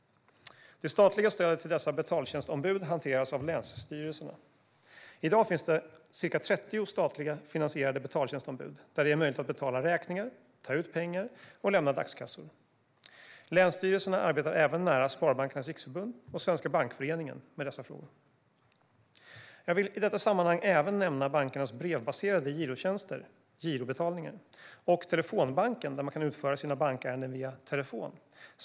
Det statliga stödet till dessa betaltjänstombud hanteras av länsstyrelserna. I dag finns det ca 30 statligt finansierade betaltjänstombud där det är möjligt att betala räkningar, ta ut pengar och lämna dagskassor. Länsstyrelserna arbetar även nära Sparbankernas Riksförbund och Svenska Bankföreningen med dessa frågor. Jag vill i detta sammanhang även nämna bankernas brevbaserade girotjänster - girobetalningen - och telefonbanken, där man kan utföra sina bankärenden via telefon.